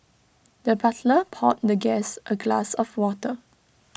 the butler poured the guest A glass of water